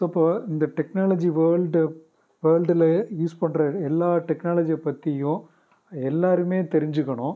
so இப்போ இந்த technology world வேல்டுல் யூஸ் பண்ணுற எல்லா டெக்னாலஜியை பற்றியும் எல்லோருமே தெரிஞ்சுக்கணும்